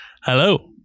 Hello